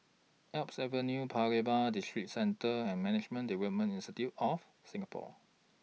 Alps Avenue Paya Lebar Districentre and Management Development Institute of Singapore